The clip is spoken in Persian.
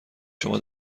شما